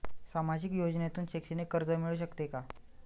सामाजिक योजनेतून शैक्षणिक कर्ज मिळू शकते का?